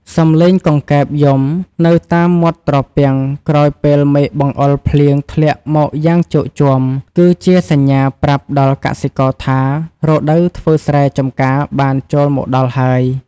សំឡេងកង្កែបយំនៅតាមមាត់ត្រពាំង ក្រោយពេលមេឃបង្អុរភ្លៀងធ្លាក់មកយ៉ាងជោគជាំ គឺជាសញ្ញាប្រាប់ដល់កសិករថា រដូវធ្វើស្រែចម្ការបានចូលមកដល់ហើយ។